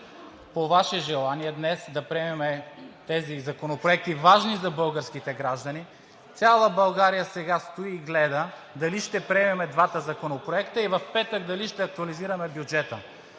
по Ваше желание, днес да приемем тези законопроекти – важни за българските граждани. Цяла България сега стои и гледа дали ще приемем двата законопроекта и дали в петък ще актуализираме бюджета?